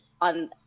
on